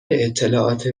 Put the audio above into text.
اطلاعات